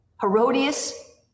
Herodias